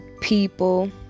people